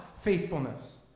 faithfulness